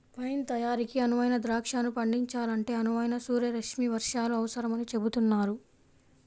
wine తయారీకి అనువైన ద్రాక్షను పండించాలంటే అనువైన సూర్యరశ్మి వర్షాలు అవసరమని చెబుతున్నారు